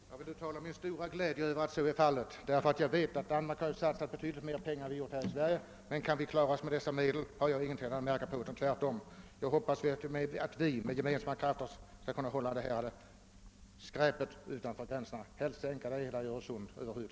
Herr talman! Jag uttalar min stora glädje över att så är fallet, eftersom jag vet att man i Danmark har satsat betydligt större belopp än vi har gjort. Om vi kan klara denna sak med de medel som står till förfogande, så har jag ingen erinran däremot. Tvärtom. Jag hoppas att vi med gemensamma krafter skall kunna hålla denna fruktpest utan för landets gränser, helst också utanför Öresund.